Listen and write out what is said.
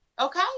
Okay